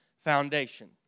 foundation